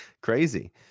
Crazy